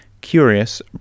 curious